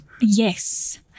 Yes